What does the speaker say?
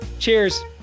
Cheers